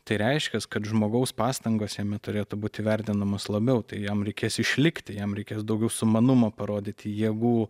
tai reiškias kad žmogaus pastangos jame turėtų būt įvertinamos labiau tai jam reikės išlikti jam reikės daugiau sumanumo parodyti jėgų